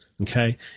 Okay